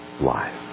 life